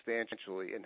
substantially